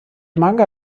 manga